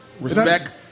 Respect